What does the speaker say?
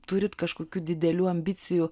turite kažkokių didelių ambicijų